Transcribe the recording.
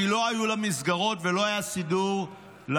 כי לא היו לה מסגרות ולא היה סידור לתינוקת.